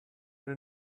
will